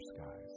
skies